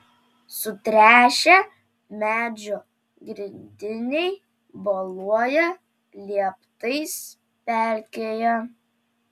sutręšę medžio grindiniai boluoja lieptais pelkėje